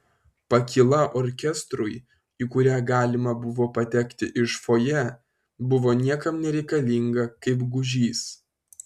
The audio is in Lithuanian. pakyla orkestrui į kurią galima buvo patekti iš fojė buvo niekam nereikalinga kaip gūžys